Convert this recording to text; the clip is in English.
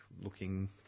looking